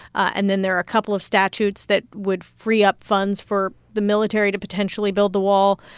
and then there are a couple of statutes that would free up funds for the military to potentially build the wall.